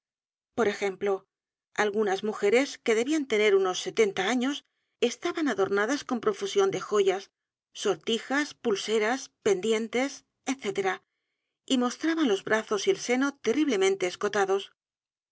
por ejemplo algunas mujeres que debían tener unos setenta años estaban adornadas con profusión de el doctor brea y el profesor pluma joyas sortijas pulseras pendientes etc y mostraban los brazos y el seno terriblemente escotados